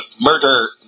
murder